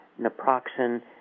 naproxen